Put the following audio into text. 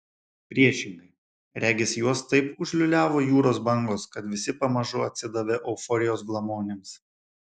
priešingai regis juos taip užliūliavo jūros bangos kad visi pamažu atsidavė euforijos glamonėms